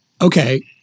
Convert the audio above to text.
okay